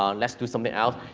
um let's do something else.